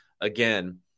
Again